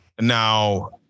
Now